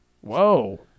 Whoa